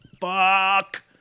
Fuck